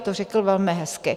To řekl velmi hezky.